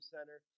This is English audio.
Center